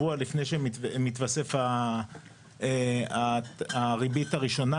אחר כך שולחים שבוע לפני שמתווספת הריבית הראשונה